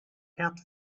herd